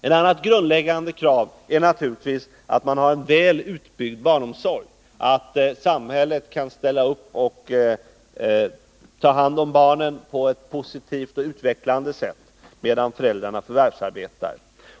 Ett annat grundläggande krav är naturligtvis att man har en väl utbyggd barnomsorg, att samhället kan ställa upp och ta hand om barnen på ett positivt och utvecklande sätt medan föräldrarna förvärvsarbetar.